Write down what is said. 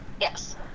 Yes